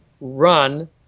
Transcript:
run